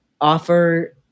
offer